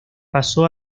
pasó